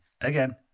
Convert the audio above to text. Again